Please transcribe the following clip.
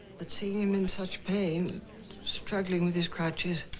but seeing him in such pain struggling with his crutches